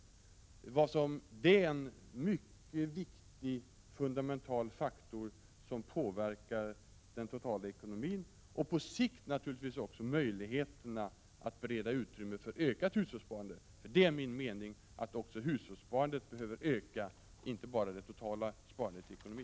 Detta är en fundamental faktor som påverkar den totala ekonomin och på sikt naturligtvis också möjligheterna att bereda utrymme för ökat hushållssparande. Det är min mening att också hushållssparandet behöver öka — inte bara det totala sparandet i ekonomin.